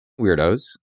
weirdos